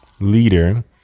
leader